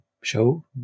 show